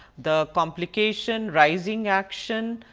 the complication, rising action,